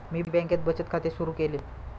मी बँकेत बचत खाते सुरु केले